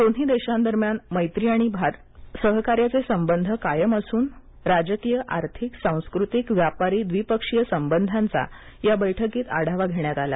दोन्ही देशांदरम्यान मैत्री आणि भारताचे संबंध कायम असूनराजकीय आर्थिक सांस्कृतिक व्यापारी द्विपक्षीय संबधांचा या बैठकीत आढावाघेण्यात आला